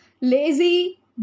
lazy